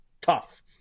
tough